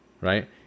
right